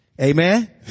Amen